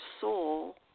soul